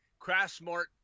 Craftsmart